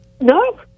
No